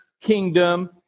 kingdom